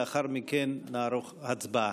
לאחר מכן נערוך הצבעה.